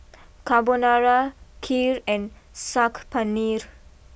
Carbonara Kheer and Saag Paneer